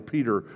Peter